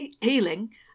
Healing